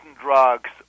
drugs